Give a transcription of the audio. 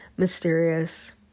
Mysterious